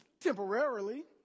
Temporarily